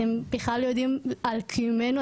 אתם בכלל יודעים על קיומנו?